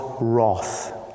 wrath